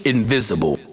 Invisible